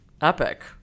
epic